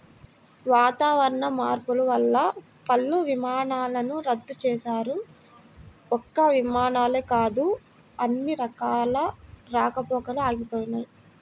వాతావరణ మార్పులు వల్ల పలు విమానాలను రద్దు చేశారు, ఒక్క విమానాలే కాదు అన్ని రకాల రాకపోకలూ ఆగిపోయినయ్